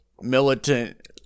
militant